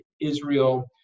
Israel